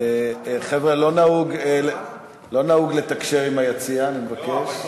חבר'ה, לא נהוג לתקשר עם היציע, אני מבקש.